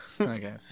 Okay